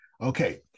Okay